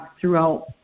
throughout